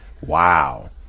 Wow